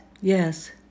Yes